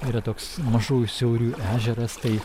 yra toks mažųjų siaurių ežeras tai